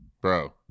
bro